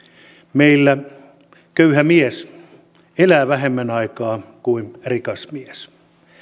meillä köyhä mies elää vähemmän aikaa kuin rikas mies